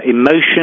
emotion